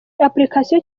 application